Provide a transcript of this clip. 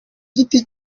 giti